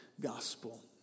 gospel